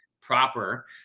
proper